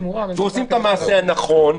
ועושים את המעשה הנכון,